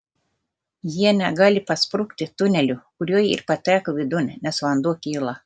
jie negali pasprukti tuneliu kuriuo ir pateko vidun nes vanduo kyla